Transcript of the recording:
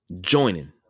Joining